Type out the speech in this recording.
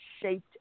shaped